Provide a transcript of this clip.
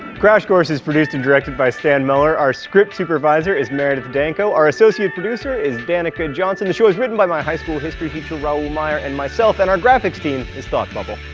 crash course is produced and directed by stan muller, our script supervisor is meredith danko, our associate producer is danica johnson. the show is written by my high school history teacher raoul meyer and myself, and our graphics team is thought bubble.